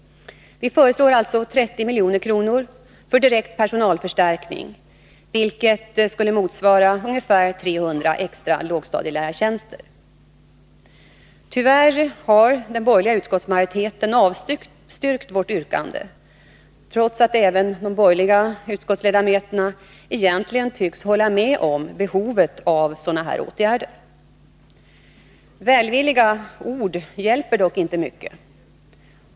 Vi föreslår alltså 30 milj.kr. för direkt personalförstärkning, vilket skulle motsvara ungefär 300 extra lågstadielärartjänster. Tyvärr har den borgerliga utskottsmajoriteten avstyrkt vårt yrkande, trots att även de borgerliga utskottsledamöterna egentligen tycks hålla med oss om behovet av sådana åtgärder. Välvilliga ord hjälper dock inte mycket.